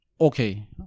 Okay